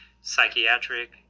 psychiatric